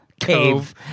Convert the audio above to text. cave